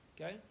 okay